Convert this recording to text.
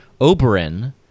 Oberyn